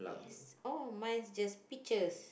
yes oh mine is just peaches